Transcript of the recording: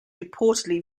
reportedly